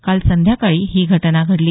काल संध्याकाळी ही घटना घडली